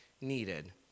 needed